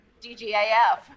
DGAF